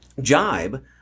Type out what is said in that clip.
Jibe